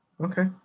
Okay